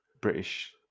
British